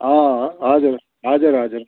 अँ हजुर हजुर हजुर